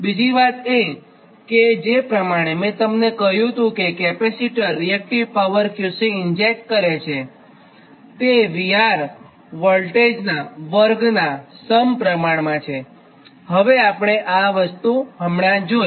બીજી વાત એ કે જે પ્રમાણે મેં કહ્યું હતું કે કેપેસિટરરીએક્ટીવ પાવર QC ઇન્જેક્ટ કરે છેજે VR વોલ્ટેજનાં વર્ગનાં સમપ્રમાણમાં છે હમણાં જ આપણે આ વસ્તુ જોઇ